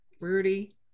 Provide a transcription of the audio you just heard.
rudy